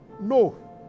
no